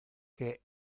que